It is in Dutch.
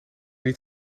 niet